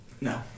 No